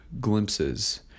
glimpses